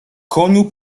koniu